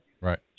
Right